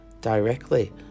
directly